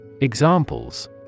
Examples